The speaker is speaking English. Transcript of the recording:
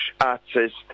artist